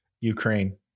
Ukraine